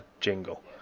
jingle